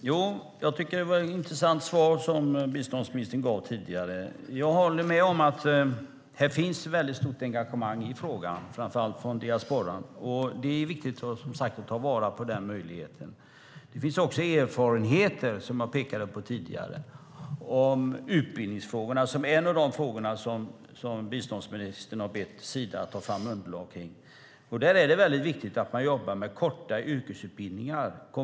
Fru talman! Jag tycker att det var ett intressant svar biståndsministern gav tidigare. Jag håller med om att det finns ett väldigt stort engagemang i frågan, framför allt från diasporan, och det är, som sagt, viktigt att ta vara på den möjligheten. Som jag pekade på tidigare finns det också erfarenheter av utbildningsfrågan, som är en av de frågor biståndsministern har bett Sida att ta fram uppgifter kring. Där är det väldigt viktigt att man jobbar med korta yrkesutbildningar.